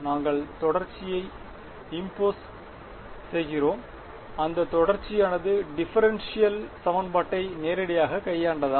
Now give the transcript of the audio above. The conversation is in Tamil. நாங்கள் தொடர்ச்சியை இம்போஸ் அந்த தொடர்ச்சியானது டிபரென்ஷியல் சமன்பாட்டை நேரடியாகக் கையாண்டதா